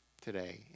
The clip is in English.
today